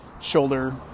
shoulder